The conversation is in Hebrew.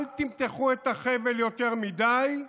אל תמתחו את החבל יותר מדי,